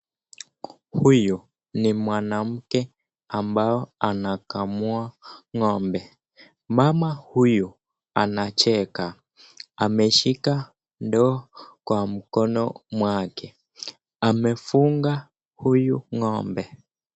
Huyu ni mwanamke ambaye anakamua ng'ombe. Mama huyu anacheka. Ameshika ndoo kwa mkono mwake. Amefunga huyu ng'ombe.